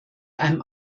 einem